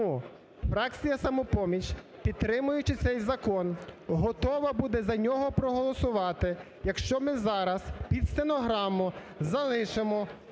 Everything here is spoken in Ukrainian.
Тому фракція "Самопоміч", підтримуючи цей закон, готова буде за нього проголосувати, якщо ми зараз під стенограму залишимо